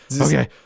Okay